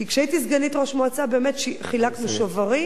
כשהייתי סגנית ראש מועצה באמת חילקנו שוברים